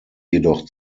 jedoch